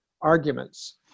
arguments